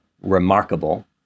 remarkable